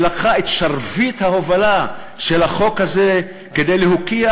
שלקחה את שרביט ההובלה של החוק הזה כדי להוקיע